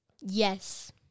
Yes